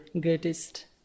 greatest